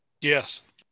yes